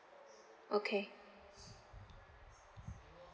okay